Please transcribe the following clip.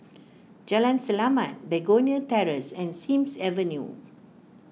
Jalan Selamat Begonia Terrace and Sims Avenue